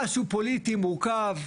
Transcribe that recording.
משהו פוליטי מורכב.